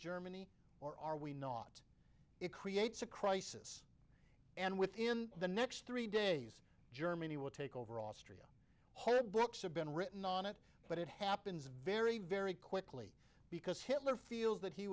germany or are we not it creates a crisis and within the next three days germany will take over austria horror books have been written on it but it happens very very quickly because hitler feels that he